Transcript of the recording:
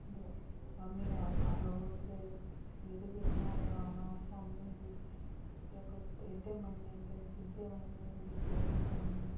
ते मम्मी उ'यां रोज़ सवेरे बी बनाने लाना शामी बी ते त्रेह्डे बनने कदें सिद्धे बनने कदें गोल बनने